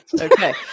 okay